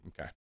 Okay